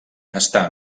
està